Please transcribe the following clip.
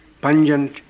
pungent